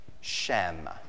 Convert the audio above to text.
Shem